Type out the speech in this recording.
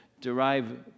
derive